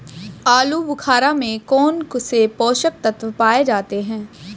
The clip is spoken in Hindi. आलूबुखारा में कौन से पोषक तत्व पाए जाते हैं?